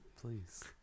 please